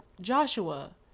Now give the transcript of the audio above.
Joshua